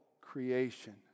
creation